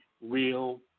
Real